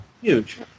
Huge